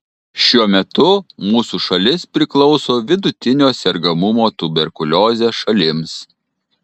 šiuo metu mūsų šalis priklauso vidutinio sergamumo tuberkulioze šalims